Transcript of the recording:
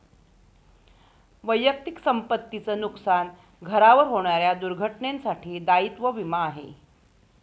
वैयक्तिक संपत्ती च नुकसान, घरावर होणाऱ्या दुर्घटनेंसाठी दायित्व विमा आहे